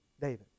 David